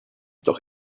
doch